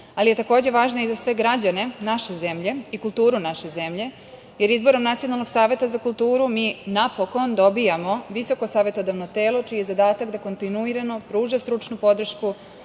ali je takođe važna i za sve građane naše zemlje i kulturu naše zemlje, jer izborom Nacionalnog saveta za kulturu mi napokon dobijamo visoko savetodavno telo, čiji je zadatak da kontinuirano pruža stručnu podršku